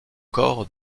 corps